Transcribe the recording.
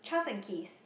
Charles and Keith